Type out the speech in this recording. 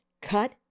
cut